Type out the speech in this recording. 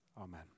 Amen